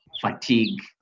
fatigue